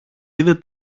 είδε